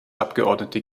abgeordnete